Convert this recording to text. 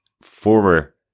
former